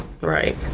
Right